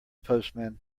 postman